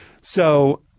So-